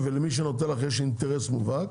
ולמי שנותן לך יש אינטרס מובהק.